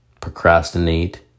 procrastinate